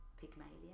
Pygmalion